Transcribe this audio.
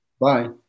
Bye